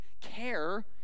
care